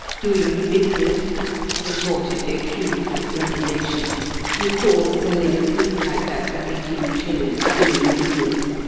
doing bithness retorted the accused with indignation you call thelling a thuit like that for eighteen shillings doing bithness!